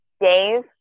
Dave